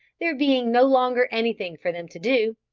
there being no longer anything for them to do,